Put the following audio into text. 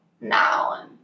now